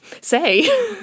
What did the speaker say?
say